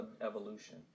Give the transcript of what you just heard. evolution